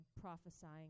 prophesying